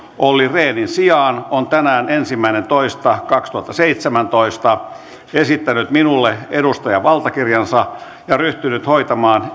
olli rehnin sijaan on tänään ensimmäinen toista kaksituhattaseitsemäntoista esittänyt minulle edustajan valtakirjansa ja ryhtynyt hoitamaan